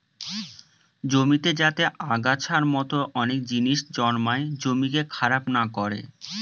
জমিতে যাতে আগাছার মতো অনেক জিনিস জন্মায় জমিকে খারাপ না করে